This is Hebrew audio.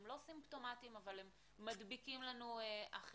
הם לא סימפטומטיים אבל הם מדביקים לנו אחרים,